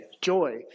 Joy